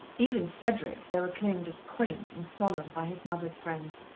even cedric, though acclaimed as quaint and solemn by his mother's friends,